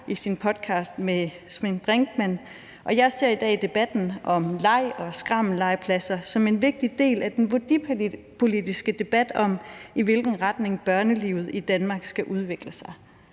i sin podcast med Svend Brinkmann. Jeg ser i dag debatten om leg og skrammellegepladser som en vigtig del af den værdipolitiske debat om, i hvilken retning børnelivet i Danmark skal udvikle sig.